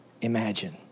imagine